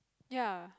ya